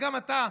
וגם אתה,